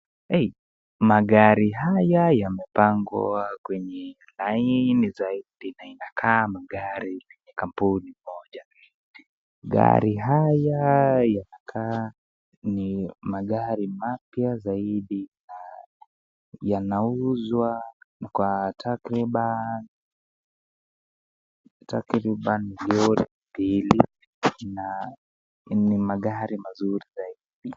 Magari haya yamepangwa kwenye laini zaidi na inakaa magari ya kampuni moja, magari haya yanakaa ni magari mapya zaidi na yanauzwa kwa takriban, Lori mbili ni magari mazuri zaidi